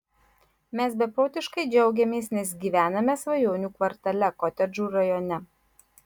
mes beprotiškai džiaugiamės nes gyvename svajonių kvartale kotedžų rajone